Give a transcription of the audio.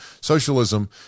socialism